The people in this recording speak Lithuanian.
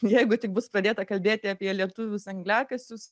jeigu tik bus pradėta kalbėti apie lietuvius angliakasius